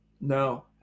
No